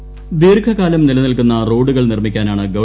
സുധാകരൻ ദീർഘ കാലം നില നിൽക്കുന്ന റോഡുകൾ നിർമ്മിക്കാനാണ് ഗവ